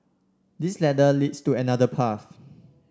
this ladder leads to another path